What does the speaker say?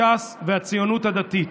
ש"ס והציונות הדתית.